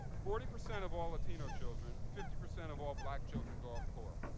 forty percent of all latino children and fifty percent of all black children grow up poor.